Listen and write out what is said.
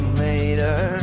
later